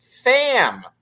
fam